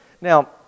Now